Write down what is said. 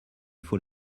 faut